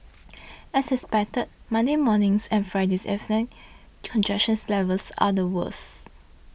as expected Monday morning's and Friday's evening's congestions levels are the worse